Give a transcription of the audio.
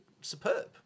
superb